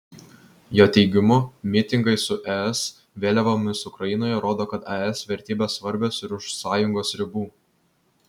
jo teigimu mitingai su es vėliavomis ukrainoje rodo kad es vertybės svarbios ir už sąjungos ribų